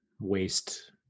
waste